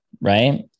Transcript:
Right